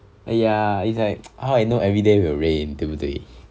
!aiya! it's like I know everyday will rain 对不对